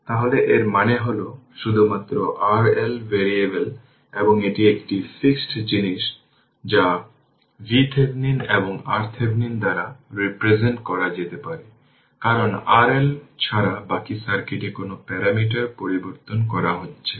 তাহলে এর মানে হল শুধুমাত্র RL ভ্যারিয়েবেল এবং এটি একটি ফিক্সড জিনিস যা VThevenin এবং RThevenin দ্বারা রিপ্রেজেন্ট করা যেতে পারে কারণ RL ছাড়া বাকি সার্কিটে কোনো প্যারামিটার পরিবর্তন করা হচ্ছে না